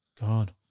God